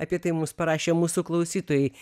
apie tai mums parašė mūsų klausytojai